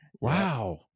Wow